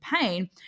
pain